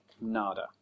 Nada